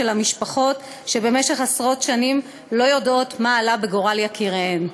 המשפחות שבמשך עשרות שנים לא יודעות מה עלה בגורל יקיריהן.